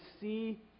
see